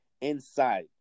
inside